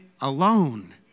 alone